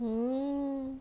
hmm